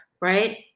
right